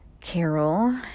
carol